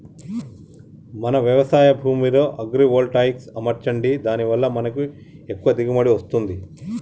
మన వ్యవసాయ భూమిలో అగ్రివోల్టాయిక్స్ అమర్చండి దాని వాళ్ళ మనకి ఎక్కువ దిగువబడి వస్తుంది